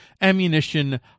ammunition